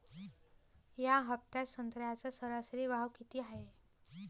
या हफ्त्यात संत्र्याचा सरासरी भाव किती हाये?